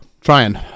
Trying